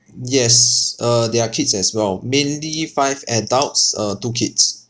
yes uh there are kids as well mainly five adults uh two kids